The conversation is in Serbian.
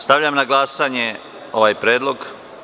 Stavljam na glasanje ovaj predlog.